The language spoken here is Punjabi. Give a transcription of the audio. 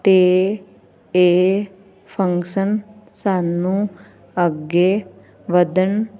ਅਤੇ ਇਹ ਫੰਕਸ਼ਨ ਸਾਨੂੰ ਅੱਗੇ ਵਧਣ